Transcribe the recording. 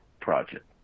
project